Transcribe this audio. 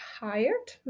hired